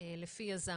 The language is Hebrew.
לפי יזם.